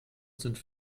sind